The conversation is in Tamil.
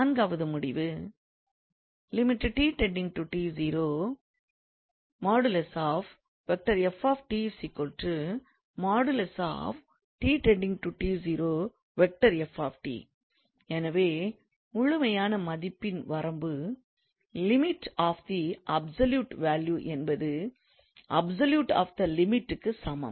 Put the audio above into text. நான்காவது முடிவு எனவே முழுமையான மதிப்பின் வரம்பு limit of the absolute value என்பது அப்சொல்யூட் ஆப் தி லிமிட்டுக்கு சமம்